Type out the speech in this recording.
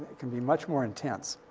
can be much more intense.